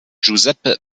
giuseppe